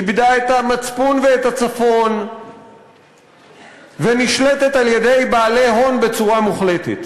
איבדו את המצפון ואת הצפון ונשלטות על-ידי בעלי הון בצורה מוחלטת.